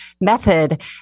method